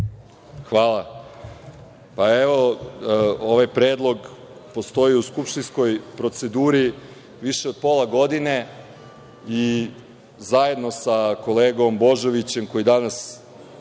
Hvala. Moj predlog postoji u skupštinskoj proceduru više od pola godine, i zajedno sa kolegom Božovićem, koji danas